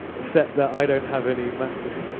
except that i don't have any massive